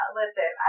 listen